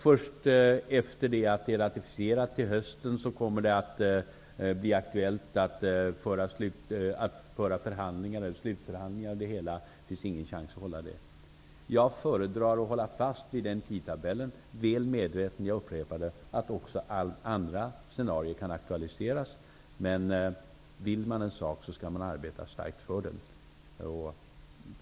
Först efter det att avtalet ratificerats till hösten kommer det att bli aktuellt att föra slutförhandlingar. Det finns ingen chans att hålla tidtabellen. Jag föredrar att hålla fast vid tidtabellen, väl medveten om, jag upprepar det, att också andra scenarion kan aktualiseras. Men vill man en sak skall man arbeta starkt för den.